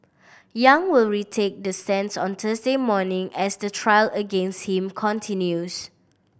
Yang will retake the stands on Thursday morning as the trial against him continues